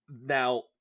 now